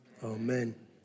Amen